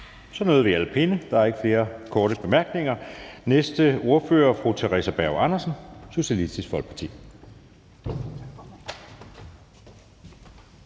Søe): Der er ikke flere korte bemærkninger. Den næste ordfører er fru Theresa Berg Andersen, Socialistisk Folkeparti.